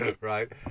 right